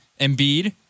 Embiid